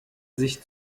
sich